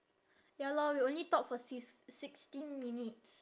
ya lor we only talk for six~ sixteen minutes